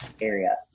area